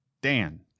Dan